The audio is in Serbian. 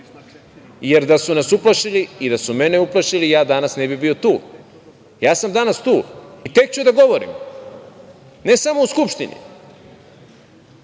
jer da su nas uplašili i da su mene uplašili ja danas ne bih bio tu. Danas sam ja tu i tek ću da govorim ne samo u Skupštini,